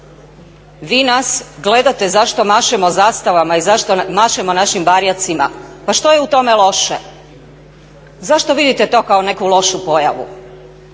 Vi nas gledate zašto mašemo zastavama i zašto mašemo našim barjacima, pa što je u tome loše? Zašto vidite to kao neku lošu pojavu?